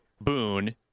Boone